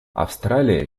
австралия